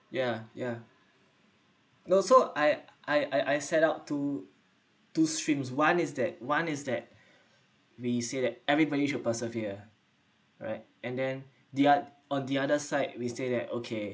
ya ya no so I I I I set out two two streams one is that one is that we say that everybody should persevere right and then the oth~ on the other side we say that okay